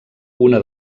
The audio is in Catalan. una